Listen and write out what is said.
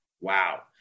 wow